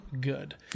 good